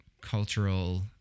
cultural